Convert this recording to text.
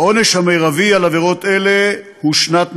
העונש המרבי על עבירות אלה הוא שנת מאסר.